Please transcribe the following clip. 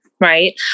Right